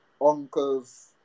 uncle's